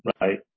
Right